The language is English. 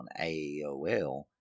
AOL